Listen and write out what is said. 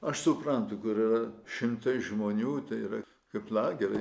aš suprantu kur yra šimtai žmonių tai yra kaip lageriai